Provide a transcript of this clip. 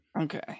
Okay